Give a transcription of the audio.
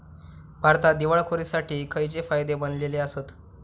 भारतात दिवाळखोरीसाठी खयचे कायदे बनलले आसत?